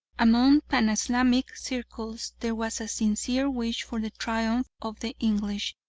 among pan-islamic circles there was a sincere wish for the triumph of the english,